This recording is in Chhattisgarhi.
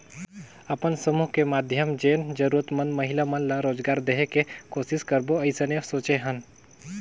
अपन समुह के माधियम जेन जरूरतमंद महिला मन ला रोजगार देहे के कोसिस करबो अइसने सोचे हन